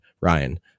Ryan